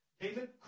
David